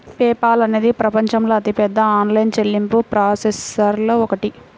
pay Paul అనేది ప్రపంచంలోని అతిపెద్ద ఆన్లైన్ చెల్లింపు ప్రాసెసర్లలో ఒకటి